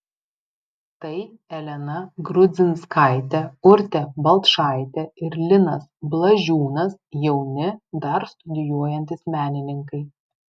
tai elena grudzinskaitė urtė balčaitė ir linas blažiūnas jauni dar studijuojantys menininkai